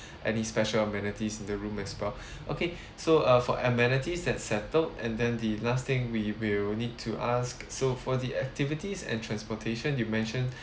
any special amenities in the room as well okay so uh for amenities that's settled and then the last thing we will need to ask so for the activities and transportation you mentioned